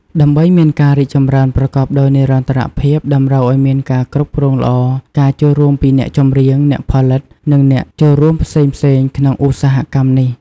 ដើម្បីមានការរីកចម្រើនប្រកបដោយនិរន្តរភាព តម្រូវឲ្យមានការគ្រប់គ្រងល្អ ការចូលរួមពីអ្នកចម្រៀង អ្នកផលិត និងអ្នកចូលរួមផ្សេងៗក្នុងឧស្សាហកម្មនេះ។